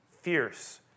fierce